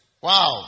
Wow